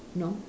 no